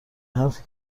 حرفی